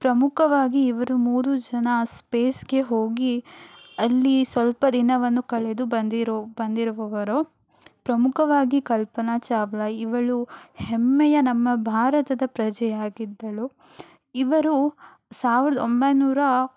ಪ್ರಮುಖವಾಗಿ ಇವರು ಮೂರೂ ಜನ ಸ್ಪೇಸ್ಗೆ ಹೋಗಿ ಅಲ್ಲಿ ಸ್ವಲ್ಪ ದಿನವನ್ನು ಕಳೆದು ಬಂದಿರೋ ಬಂದಿರುವವರು ಪ್ರಮುಖವಾಗಿ ಕಲ್ಪನಾ ಚಾವ್ಲಾ ಇವಳು ಹೆಮ್ಮೆಯ ನಮ್ಮ ಭಾರತದ ಪ್ರಜೆಯಾಗಿದ್ದಳು ಇವರು ಸಾವಿರದ ಒಂಬೈನೂರ